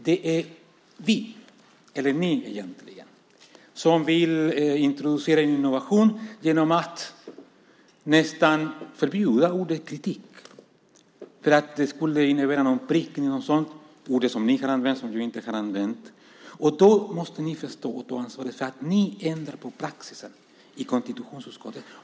Det är egentligen ni som vill introducera en innovation genom att nästan förbjuda ordet "kritik" därför att det skulle innebära en prickning eller något sådant - ord som ni, inte vi, har använt. Ni måste förstå att ta ansvar för att ni ändrar på praxis i konstitutionsutskottet.